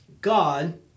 God